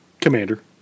Commander